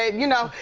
ah you know,